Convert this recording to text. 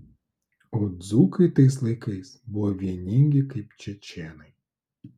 o dzūkai tais laikais buvo vieningi kaip čečėnai